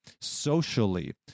socially